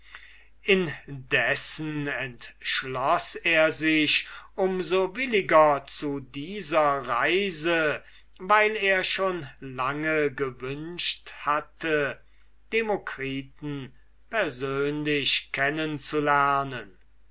indessen entschloß er sich um so williger zu dieser reise weil er schon lange gewünscht hatte unsern philosophen persönlich